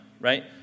right